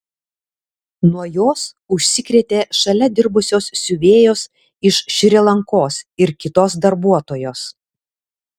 nuo jos užsikrėtė šalia dirbusios siuvėjos iš šri lankos ir kitos darbuotojos